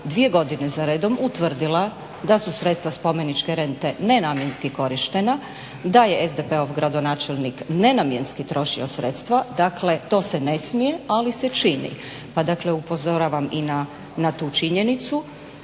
dvije godine za redom utvrdila da su sredstva spomeničke rente nenamjenski korištena, da je SDP-ov gradonačelnik nenamjenski trošio sredstva, dakle to se ne smije ali se čini. Pa dakle upozoravam i na tu činjenicu.